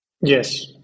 Yes